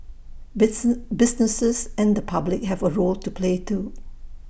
businesses and the public have A role to play too